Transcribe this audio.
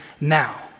now